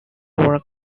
were